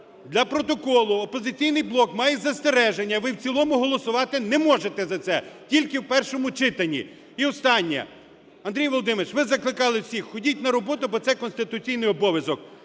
Для протоколу: "Опозиційний блок" має застереження. Ви в цілому голосувати не можете за це, тільки в першому читанні. І останнє. Андрію Володимировичу, ви закликали всіх: ходіть на роботу, бо це конституційний обов'язок.